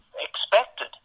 expected